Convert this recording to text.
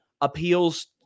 appeals